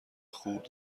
خوب